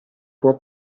può